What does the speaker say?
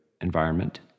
environment